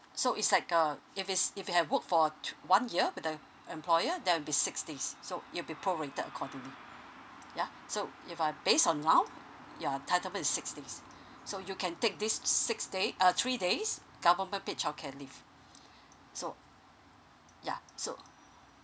so is like uh if it's if you've work for two one year with the employer there'll be six days so it'll be prorated accordingly ya so if uh based on now your entitlement is six days so you can take this six days uh three days government paid childcare leave so ya so